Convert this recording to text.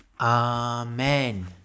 Amen